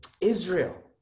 Israel